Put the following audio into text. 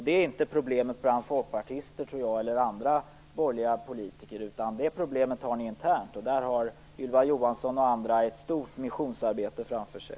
Det är inget problem bland folkpartister och andra borgerliga politiker, utan det är ett internt socialdemokratiskt problem. Där har Ylva Johansson och andra ett stort missionsarbete framför sig.